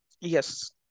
Yes